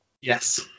yes